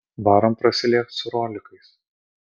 varom prasilėkt su rolikais